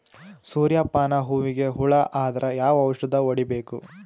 ಸೂರ್ಯ ಪಾನ ಹೂವಿಗೆ ಹುಳ ಆದ್ರ ಯಾವ ಔಷದ ಹೊಡಿಬೇಕು?